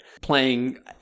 playing